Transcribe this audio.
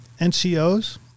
NCOs